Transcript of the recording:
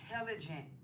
intelligent